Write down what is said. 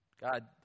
God